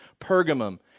Pergamum